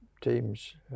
teams